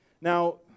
Now